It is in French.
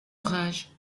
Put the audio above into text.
rage